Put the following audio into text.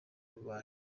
ububasha